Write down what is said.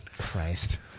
Christ